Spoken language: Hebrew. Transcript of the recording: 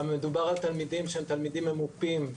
מדובר על תלמידים שהם תלמידים ממופים,